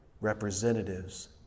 representatives